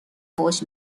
فحش